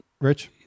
Rich